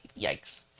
yikes